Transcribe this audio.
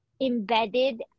embedded